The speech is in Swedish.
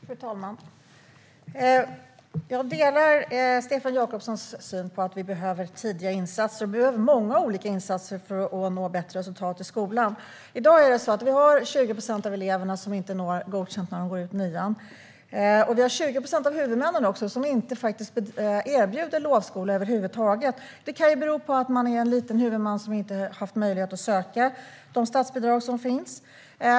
Fru talman! Jag delar Stefan Jakobssons syn på att vi behöver tidiga insatser. Vi behöver många olika insatser för att nå bättre resultat i skolan. I dag når 20 procent av eleverna som går ut nian inte godkänt. Det är också 20 procent av huvudmännen som inte erbjuder lovskola över huvud taget. Det kan bero på att man är en liten huvudman som inte har haft möjlighet att söka de statsbidrag som finns.